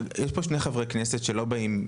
יש פה שני חברי כנסת שלא באים,